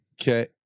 Okay